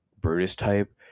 Brutus-type